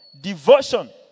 Devotion